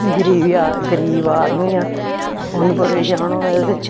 गरीब आदमी आं उधमपुरे गी जाना होऐ ते